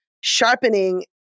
sharpening